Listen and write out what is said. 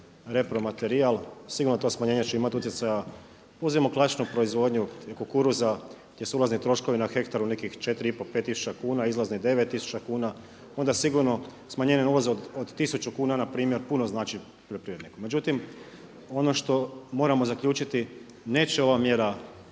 repromaterijal. Sigurno to smanjenje će imati utjecaja. Uzmimo klasičnu proizvodnju kukuruza gdje su ulazni troškovi na hektaru nekih 4,5, 5 tisuća kuna a izlazni 9 tisuća kuna onda sigurno smanjenje uvoza od 1000 kuna npr. puno znači poljoprivredniku. Međutim, ono što moramo zaključiti neće ova mjera